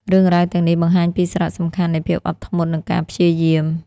រឿងរ៉ាវទាំងនេះបង្ហាញពីសារៈសំខាន់នៃភាពអត់ធ្មត់ និងការព្យាយាម។